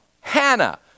Hannah